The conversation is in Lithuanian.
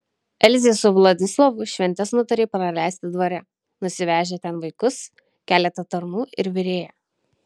elzė su vladislovu šventes nutarė praleisti dvare nusivežę ten vaikus keletą tarnų ir virėją